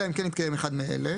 אלא אם כן התקיים אחד מאלה: